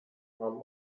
namen